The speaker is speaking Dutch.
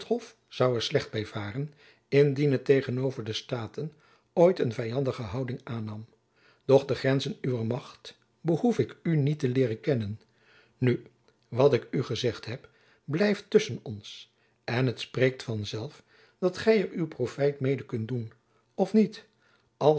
er slecht by varen indien het tegenover de staten ooit een vyandige houding aannam doch de grenzen uwer macht behoef ik u niet te leeren kennen nu wat ik u jacob van lennep elizabeth musch gezegd heb blijft tusschen ons en het spreekt van zelf dat gy er uw profijt mede kunt doen of niet